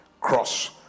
cross